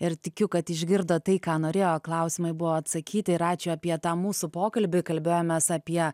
ir tikiu kad išgirdo tai ką norėjo klausimai buvo atsakyti ir ačiū apie tą mūsų pokalbį kalbėjomės apie